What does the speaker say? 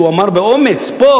שאמר פה באומץ,